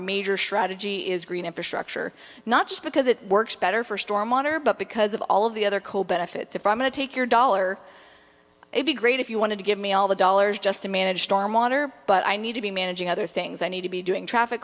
major strategy is green infrastructure not just because it works better for store monitor but because of all of the other cool benefits if i'm going to take your dollar would be great if you wanted to give me all the dollars just to managed our monitor but i need to be managing other things i need to be doing traffic